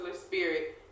spirit